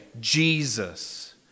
Jesus